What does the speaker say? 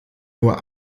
nur